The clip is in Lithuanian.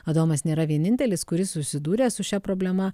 adomas nėra vienintelis kuris susidūė su šia problema